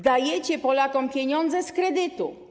Dajecie Polakom pieniądze z kredytu.